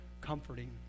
comforting